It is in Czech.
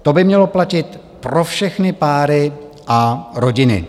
To by mělo platit pro všechny páry a rodiny.